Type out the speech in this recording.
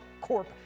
Corp